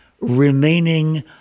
remaining